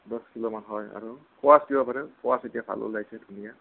দহ কিলো মান হয় আৰু স্কোৱাচ দিব পাৰোঁ স্কোৱাচ এতিয়া ভাল ওলাইছে ধুনীয়া